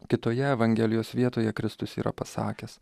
kitoje evangelijos vietoje kristus yra pasakęs